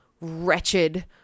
wretched